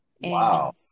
Wow